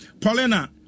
Paulina